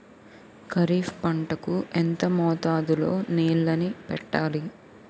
ఖరిఫ్ పంట కు ఎంత మోతాదులో నీళ్ళని పెట్టాలి?